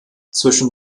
zwischen